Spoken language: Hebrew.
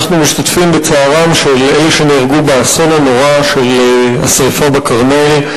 אנחנו משתתפים בצערם של אלה שנהרגו באסון הנורא בשרפה בכרמל.